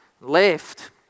left